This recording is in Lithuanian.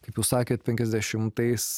kaip jūs sakėt penkiasdešimtais